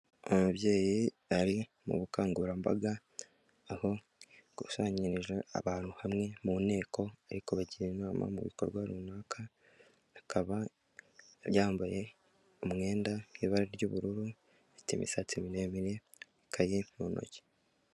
Umubyeyi ari mu bukangurambaga aho yakusanyirije abantu hamwe mu nteko ari kubagira inama mu bikorwa runaka. Akaba yambaye umwenda mu ibara ry'ubururu, afite imisatsi miremire, ikaye mu ntoki.